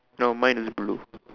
now mine is blue